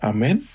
Amen